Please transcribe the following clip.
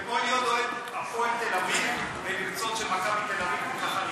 זה כמו להיות אוהד "הפועל תל-אביב" ולרצות ש"מכבי תל-אביב" תיקח אליפות.